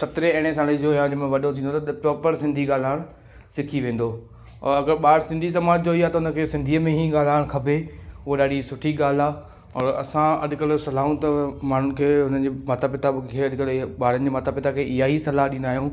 सत्रहें अरिड़हें साले जे राज में वॾो थींदो त प्रॉपर सिंधी ॻाल्हाइणु सिखी वेंदो और अगरि ॿार सिंधी समाज जो ई आहे त उन खे सिंधीअ में ई ॻाल्हाइणु खपे उहा ॾाढी सुठी ॻाल्हि आहे और असां अॼुकल्ह सलाहूं त माण्हुनि खे उन्हनि जे माता पिता खे अॼुकल्ह जे ॿारनि जे माता पिता खे ईअं ई सलाहु ॾींदा आहियूं